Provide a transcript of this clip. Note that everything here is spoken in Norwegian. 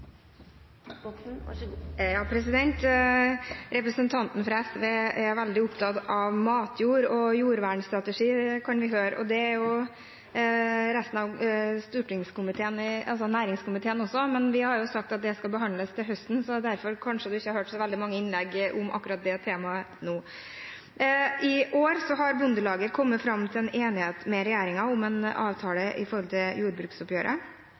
veldig opptatt av matjord og jordvernstrategi, kan vi høre. Det er næringskomiteen også, men vi har jo sagt at det skal behandles til høsten, så derfor har vi kanskje ikke hørt så veldig mange innlegg om akkurat det temaet nå. I år har Bondelaget kommet fram til en enighet med regjeringen om en avtale for jordbruksoppgjøret. I